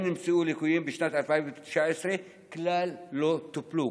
נמצאו ליקויים בשנת 2019 כלל לא טופלו.